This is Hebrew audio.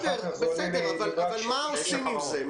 בסדר, אבל מה עושים עם זה?